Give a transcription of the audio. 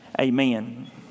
amen